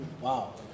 wow